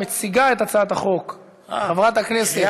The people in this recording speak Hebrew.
מציגה את הצעת החוק חברת הכנסת,